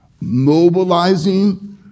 mobilizing